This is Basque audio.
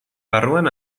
barruan